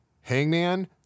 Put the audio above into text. Hangman